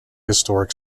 historic